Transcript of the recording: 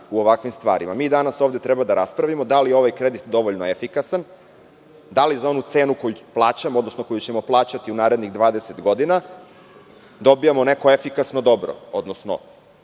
u ovakvim stvarima. Danas ovde treba da raspravimo da li je ovaj kredit dovoljno efikasan, da li za onu cenu koju plaćamo, odnosno koju ćemo plaćati u narednih 20 godina, dobijamo neko efikasno dobro, odnosno